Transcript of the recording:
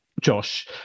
Josh